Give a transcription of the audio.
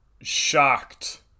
shocked